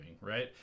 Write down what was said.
right